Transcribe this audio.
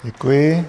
Děkuji.